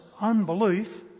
unbelief